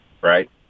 right